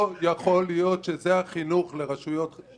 אנחנו כמועצות אזוריות גובים מינימום של ארנונה,